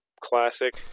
classic